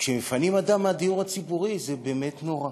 וכשמפנים אדם מהדיור הציבורי זה באמת נורא.